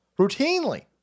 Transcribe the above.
Routinely